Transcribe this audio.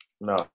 no